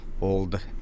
old